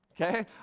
Okay